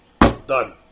Done